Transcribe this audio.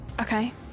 okay